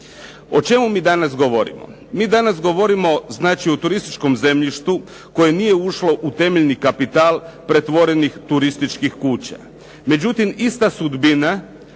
O čemu mi danas govorimo? Mi danas govorimo znači o turističkom zemljištu koje nije ušlo u temeljni kapital pretvorenih turističkih kuća.